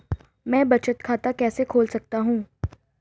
मैं बचत खाता कैसे खोल सकता हूँ?